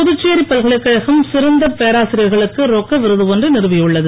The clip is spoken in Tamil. புதுச்சேரி பல்கலைக்கழகம் சிறந்த பேராசிரியர்களுக்கு ரொக்க விருது ஒன்றை நிறுவியுள்ளது